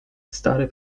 stary